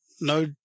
No